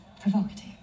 provocative